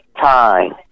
time